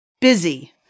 Busy